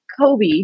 Kobe